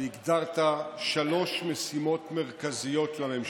והגדרת שלוש משימות מרכזיות לממשלה: